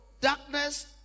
darkness